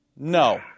No